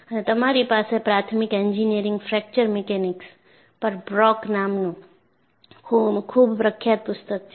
અને તમારી પાસે પ્રાથમિક એન્જિનિયરિંગ ફ્રેક્ચર મિકેનિક્સ પર બ્રોક નામનું ખૂબ પ્રખ્યાત પુસ્તક છે